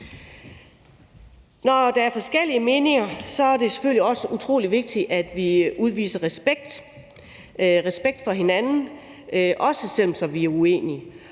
Når der er forskellige meninger, er det selvfølgelig også utrolig vigtigt, at vi viser respekt for hinanden, også selv om vi er uenige.